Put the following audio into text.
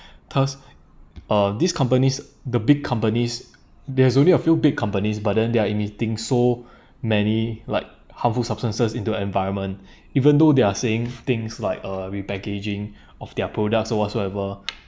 thus uh these companies the big companies there is only a few big companies but then they're emitting so many like harmful substances into environment even though they're saying things like uh repackaging of their products so whatsoever